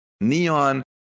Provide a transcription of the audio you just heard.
neon